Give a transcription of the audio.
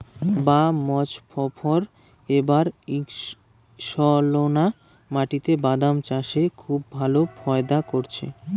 বাঃ মোজফ্ফর এবার ঈষৎলোনা মাটিতে বাদাম চাষে খুব ভালো ফায়দা করেছে